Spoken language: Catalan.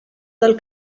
del